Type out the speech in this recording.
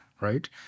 right